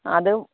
അത്